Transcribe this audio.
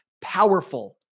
powerful